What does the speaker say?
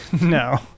No